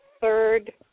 third